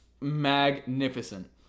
magnificent